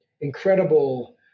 incredible